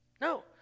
No